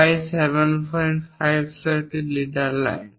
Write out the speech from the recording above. phi 75 সহ একটি leader line